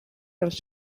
dels